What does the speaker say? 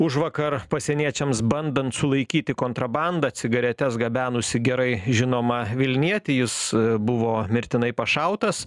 užvakar pasieniečiams bandant sulaikyti kontrabandą cigaretes gabenusį gerai žinomą vilnietį jis buvo mirtinai pašautas